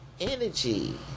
energy